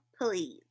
please